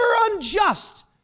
unjust